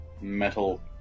metal